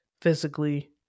physically